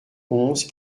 onze